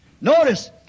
Notice